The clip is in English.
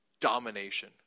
Domination